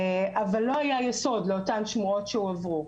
אבל לא היה יסוד לאותן שמועות שהועברו.